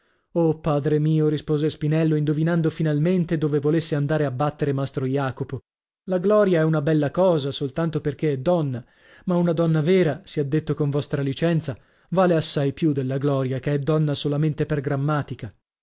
oh padre mio rispose spinello indovinando finalmente dove volesse andare a battere mastro jacopo la gloria è una bella cosa soltanto perchè è donna ma una donna vera sia detto con vostra licenza vale assai più della gloria che è donna solamente per grammatica